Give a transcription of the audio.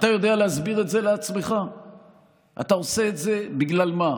ההזנחה של הגליל והגולן,